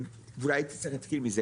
אולי הייתי צריך להתחיל מזה,